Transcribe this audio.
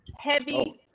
Heavy